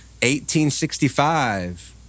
1865